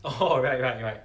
oh right right right